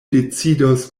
decidos